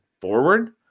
forward